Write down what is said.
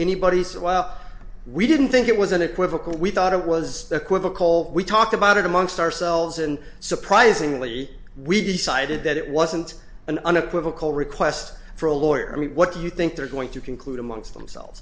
anybody said well we didn't think it was unequivocal we thought it was equivocal we talked about it amongst ourselves and surprisingly we decided that it wasn't an unequivocal request for a lawyer i mean what do you think they're going to conclude amongst themselves